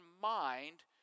mind